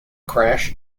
crash